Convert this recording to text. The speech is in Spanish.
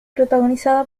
protagonizada